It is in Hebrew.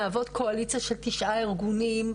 מהוות קואליציה של תשעה ארגונים,